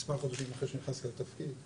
מספר חודשים אחרי שנכנסתי לתפקיד,